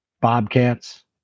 Bobcats